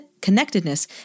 connectedness